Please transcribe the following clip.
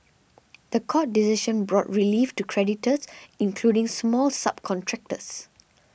the court decision brought relief to creditors including small subcontractors